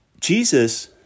Jesus